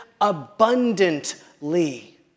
abundantly